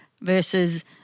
versus